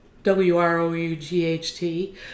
w-r-o-u-g-h-t